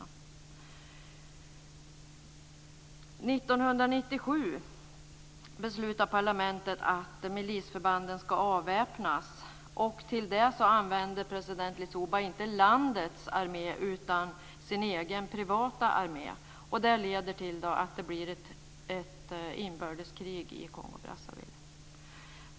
År 1997 beslutade parlamentet att milisförbanden ska avväpnas. Till det använde president Lissouba inte landets armé utan sin egen privata armé. Det leder till att det blir ett inbördeskrig i Kongo Brazzaville.